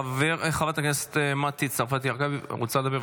חברת הכנסת מטי צרפתי הרכבי רוצה לדבר,